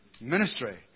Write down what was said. Ministry